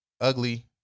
ugly